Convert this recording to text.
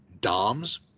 DOMS